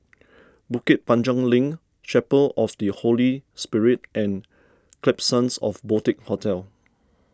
Bukit Panjang Link Chapel of the Holy Spirit and Klapsons of Boutique Hotel